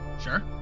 Sure